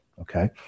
okay